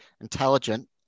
intelligent